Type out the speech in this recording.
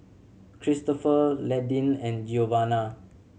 Cristopher Landyn and Giovanna